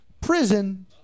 Prison